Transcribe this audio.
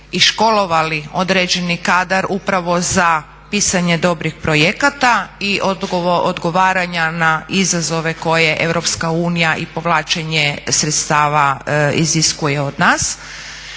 i školovali određeni kadar upravo za pisanje dobrih projekata i odgovaranja na izazove koje EU i povlačenje sredstava iziskuje od nas,